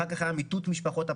אחר כך היה מיטוט משפחות הפשע.